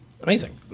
Amazing